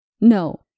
No